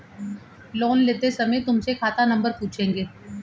loan लेते समय तुमसे खाता नंबर पूछेंगे